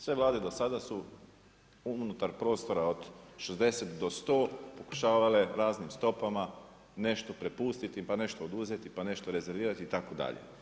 Sve Vlade do sada su unutar prostora od 60 do 100 pokušavale raznim stopama nešto prepustiti pa nešto oduzeti, pa nešto rezervirati itd.